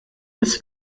des